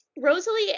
Rosalie